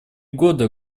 года